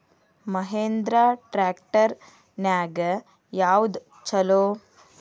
Mahindra tractor ನ್ಯಾಗ ಯಾವ್ದ ಛಲೋ?